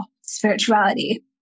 spirituality